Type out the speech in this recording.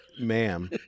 Ma'am